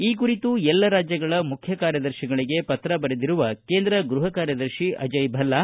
ಈ ಕುರಿತು ಎಲ್ಲ ರಾಜ್ಜಗಳ ಮುಖ್ಯ ಕಾರ್ಯದರ್ಶಿಗಳಿಗೆ ಪತ್ರ ಬರೆದಿರುವ ಕೇಂದ್ರ ಗೃಪ ಕಾರ್ಯದರ್ಶಿ ಅಜಯ್ ಭಲ್ಲಾ